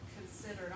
considered